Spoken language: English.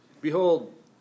Behold